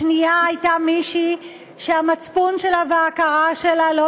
השנייה הייתה מישהי שהמצפון שלה וההכרה שלה לא